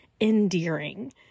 endearing